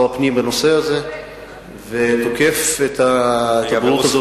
הפנים בנושא הזה ותוקף את ההתערבות הזאת.